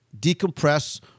decompress